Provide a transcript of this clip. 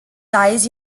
dies